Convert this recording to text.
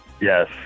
Yes